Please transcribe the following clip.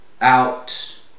out